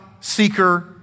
seeker